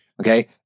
okay